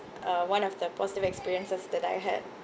uh one of the positive experiences that I had